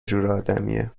جورآدمیه